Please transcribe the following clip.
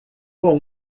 com